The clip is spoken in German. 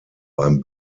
beim